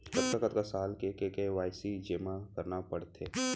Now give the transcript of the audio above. कतका कतका साल म के के.वाई.सी जेमा करना पड़थे?